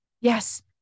Yes